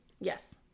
Yes